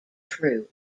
true